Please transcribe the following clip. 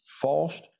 false